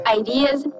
ideas